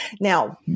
Now